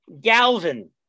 Galvin